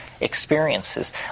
experiences